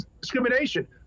discrimination